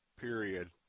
period